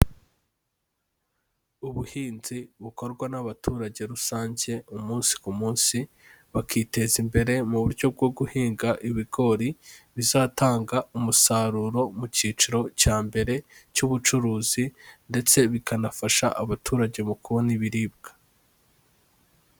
Ubuhinzi bukorwa n'abaturage rusange umunsi ku munsi, bakiteza imbere mu buryo bwo guhinga ibigori, bizatanga umusaruro mu cyiciro cya mbere cy'ubucuruzi ndetse bikanafasha abaturage mu kubona ibiribwa.